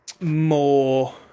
more